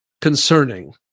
concerning